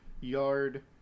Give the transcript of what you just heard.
Yard